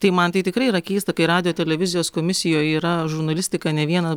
tai man tai tikrai yra keista kai radijo televizijos komisijoj yra žurnalistika ne viena